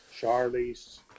Charlies